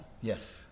Yes